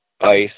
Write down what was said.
ice